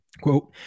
Quote